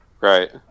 Right